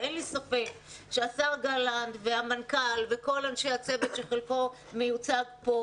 אין לי ספק שהשר גלנט והמנכ"ל וכל אנשי הצוות שחלקו מיוצג פה,